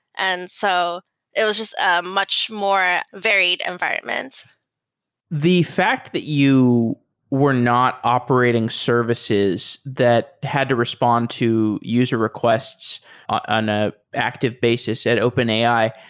and so it was just a much more varied environment the fact that you were not operating services that had to respond to user requests on an ah active basis at openai,